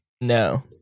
No